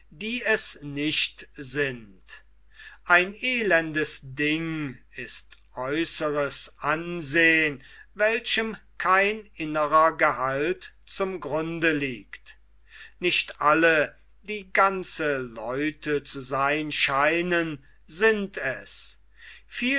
die es nicht sind ein elendes ding ist äußeres ansehn welchem kein innerer gehalt zum grunde liegt nicht alle die ganze leute zu seyn scheinen sind es